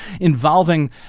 involving